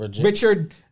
Richard